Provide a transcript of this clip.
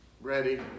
ready